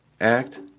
Act